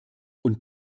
und